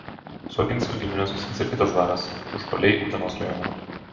su oginskių gimine susijęs ir kitas dvaras užpaliai utenos rajone